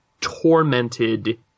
tormented